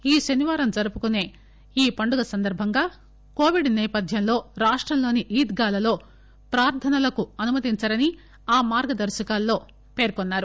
వచ్చే శనివారం జరుపుకుసే ఈ పండుగ సందర్బంగా కోవిడ్ సేపథ్యంలో రాష్టంలోని ఈద్గాలలో ప్రార్థనలకు అనుమతించరని ఆ మార్గదర్శకాల్లో పేర్కొన్నారు